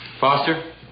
Foster